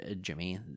Jimmy